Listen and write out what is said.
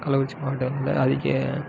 கள்ளக்குறிச்சி மாவட்டத்தில் அதிக